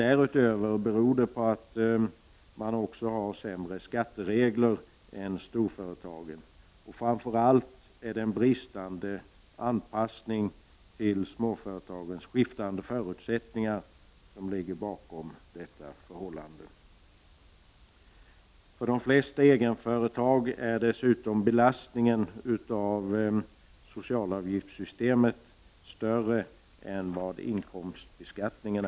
Den andra förklaringen är att skattereglerna för mindre företag är sämre än för större företag. Det är framför allt en bristande anpassning till småföretagens skiftande förutsättningar som ligger bakom detta förhållande. För de flesta egenföretagare är dessutom belastningen av socialavgiftssystemet större än belastningen genom inkomstbeskattningen.